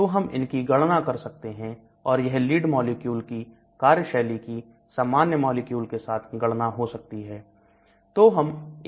तो हम इनकी गणना कर सकते हैं और यह लीड मॉलिक्यूल की कार्यशैली की सामान्य मॉलिक्यूल के साथ गणना हो सकती है